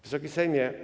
Wysoki Sejmie!